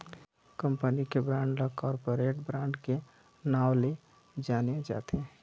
company के bond ल corporate bond के नांव ले जाने जाथे